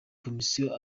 komisiyo